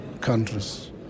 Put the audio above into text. countries